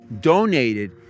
donated